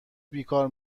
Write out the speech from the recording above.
بیکار